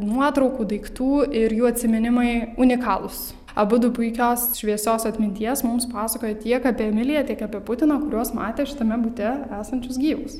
nuotraukų daiktų ir jų atsiminimai unikalūs abudu puikios šviesios atminties mums pasakojo tiek apie emiliją tiek apie putiną kuriuos matė šitame bute esančius gyvus